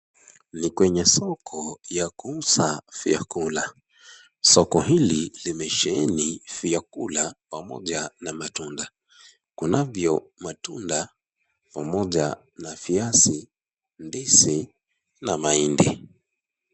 Ni kwenye soko ya kuuza vyakula. Soko Ili limesheheni vyakula pamoja na matunda. Kunavyo matunda pamoja na viazi , ndizi na mahindi.